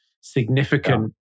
significant